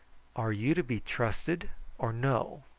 are you to be trusted or no?